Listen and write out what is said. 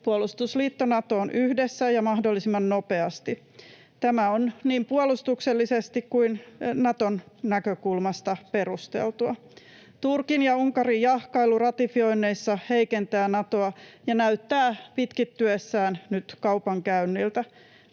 puolustusliitto Natoon yhdessä ja mahdollisimman nopeasti. Tämä on niin puolustuksellisesti kuin Naton näkökulmasta perusteltua. Turkin ja Unkarin jahkailu ratifioinneissa heikentää Natoa ja näyttää pitkittyessään nyt kaupankäynniltä.